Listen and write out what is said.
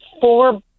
four